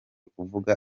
kuvuga